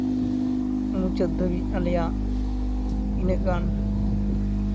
ᱢᱩᱪᱟᱹᱫᱽ ᱫᱷᱟᱹᱵᱤᱡ ᱟᱞᱮᱭᱟᱜ ᱩᱱᱟᱹᱜ ᱜᱟᱱ